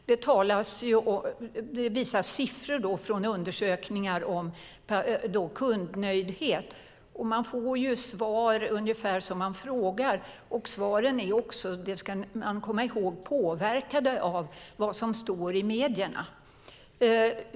Det visas siffror från undersökningar om kundnöjdhet. Man får ju svar ungefär som man frågar. Svaren är också - det ska man komma ihåg - påverkade av vad som står i medierna.